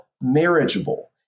marriageable